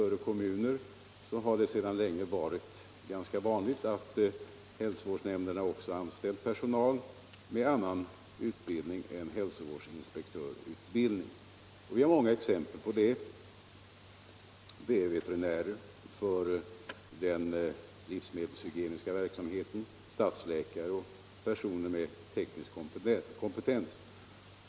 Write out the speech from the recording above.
Skall jag göra något tillägg vill jag konstatera att det i större kommuner sedan länge varit ganska vanligt att hälsovårdsnämnderna också anställt personal med annan utbildning än hälsovårdsinspektörsutbildning. Exempel på detta är veterinärer för den livsmedelshygieniska verksamheten, stadsläkare och personer med teknisk kompetens.